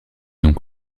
donc